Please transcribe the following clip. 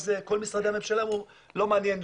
אז כל משרדי הממשלה אמרו שלא מעניין,